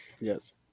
Yes